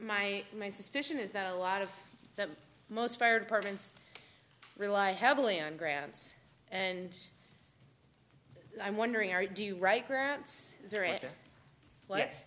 my my suspicion is that a lot of the most fire departments rely heavily on grants and i'm wondering are you do you write grants